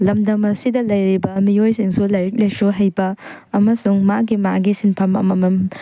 ꯂꯝꯗꯝ ꯑꯁꯤꯗ ꯂꯩꯔꯤꯕ ꯃꯤꯑꯣꯏꯁꯤꯡꯁꯨ ꯂꯥꯏꯔꯤꯛ ꯂꯥꯏꯁꯨ ꯍꯩꯕ ꯑꯃꯁꯨꯡ ꯃꯥꯒꯤ ꯃꯥꯒꯤ ꯁꯤꯟꯐꯝ ꯑꯃꯃꯝ